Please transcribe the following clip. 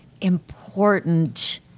important